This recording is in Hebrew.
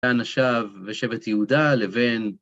כאן נשב ושבט יהודה לבין